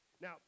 now